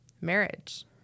Marriage